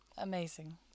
Amazing